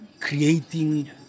creating